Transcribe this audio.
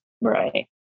Right